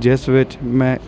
ਜਿਸ ਵਿੱਚ ਮੈਂ